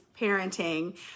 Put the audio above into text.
parenting